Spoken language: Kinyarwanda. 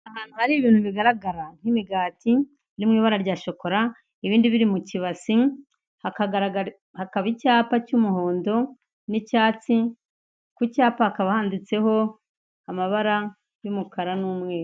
Ahantu hari ibintu bigaragara nk'imigati iri mu ibara rya shokora ibindi biri mu kibasi hakaba icyapa cy'umuhondo n'icyatsi ku cyapa hakaba handitseho amabara y’umukara n'umweru.